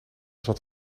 zat